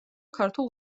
ქართულ